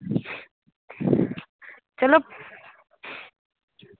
चलो